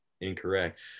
Incorrect